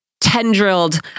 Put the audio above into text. tendrilled